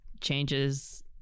changes